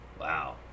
Wow